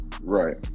Right